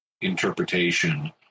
interpretation